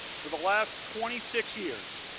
for the last twenty six years,